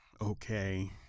Okay